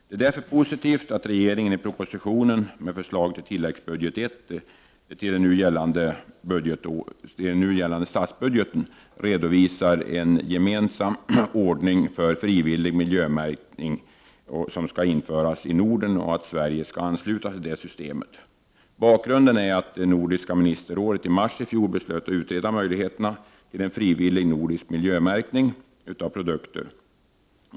Det är därför positivt att regeringen i propositionen med förslag till tillläggsbudget I till nu gällande statsbudget redovisar att en gemensam ordning för frivillig miljömärkning skall införas i Norden och att Sverige skall ansluta sig till systemet. Bakgrunden är att Nordiska ministerrådet i mars i fjol beslöt att utreda möjligheterna till en frivillig nordisk miljömärkning av produkter.